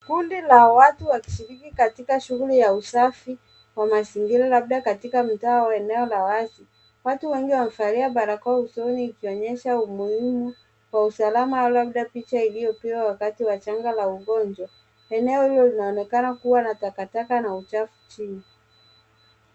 Kundi la watu wakishiriki katika shughuli ya usafi wa mazingira labda katika mtaa au eneo la wazi. Watu wengi wamevalia barakoa usoni ikionyesha umuhimu wa usalama au labda picha iliyopewa wakati wa shanga la ugonjwa. Eneo hilo linaonekana kuwa na takataka na uchafu chini.